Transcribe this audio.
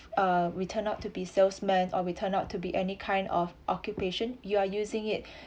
uh we turned out to be salesman or we turned out to be any kind of occupation you are using it